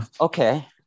okay